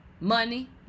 money